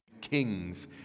kings